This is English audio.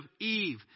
Eve